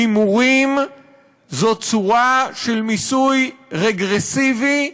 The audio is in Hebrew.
הימורים זו צורה של מיסוי רגרסיבי,